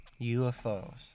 UFOs